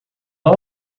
não